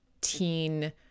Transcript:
teen